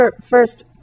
first